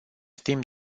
timp